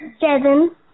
seven